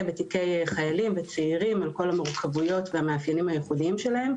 בתיקי חיילים וצעירים על כל המורכבויות והמאפיינים הייחודיים שלהם,